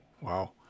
Wow